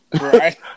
Right